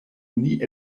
nie